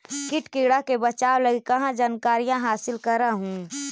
किट किड़ा से बचाब लगी कहा जानकारीया हासिल कर हू?